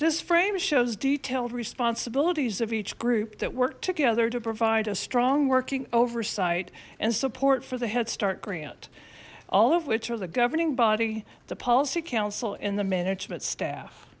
this frame shows detailed responsibilities of each group that work together to provide a strong working oversight and support for the head start grant all of which are the governing body the policy council in the management staff